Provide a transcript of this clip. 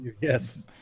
Yes